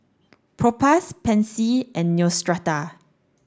Propass Pansy and Neostrata